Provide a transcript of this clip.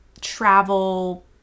travel